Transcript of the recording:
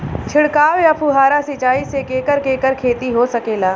छिड़काव या फुहारा सिंचाई से केकर केकर खेती हो सकेला?